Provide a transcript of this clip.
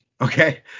Okay